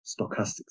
stochastics